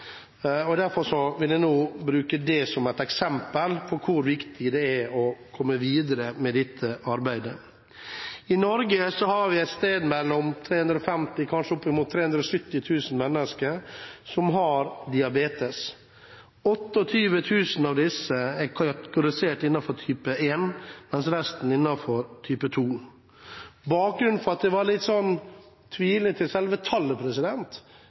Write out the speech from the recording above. interpellasjonen. Derfor vil jeg bruke det som eksempel på hvor viktig det er å komme videre med dette arbeidet. I Norge er det et sted mellom 350 000 og 370 000 mennesker som har diabetes. 28 000 av disse er kategorisert innenfor type 1, resten innenfor type 2. Bakgrunnen for at jeg var litt i tvil om selve tallet